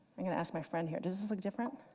i'm going to ask my friend here, does this look different?